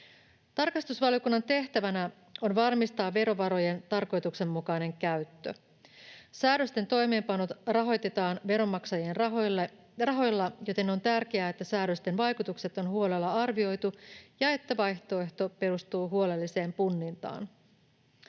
Tarkastusvaliokunnan tehtävänä on varmistaa verovarojen tarkoituksenmukainen käyttö. Säädösten toimeenpanot rahoitetaan veronmaksajien rahoilla, joten on tärkeää, että säädösten vaikutukset on huolella arvioitu ja että vaihtoehto perustuu huolelliseen punnintaan.